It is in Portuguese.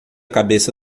cabeça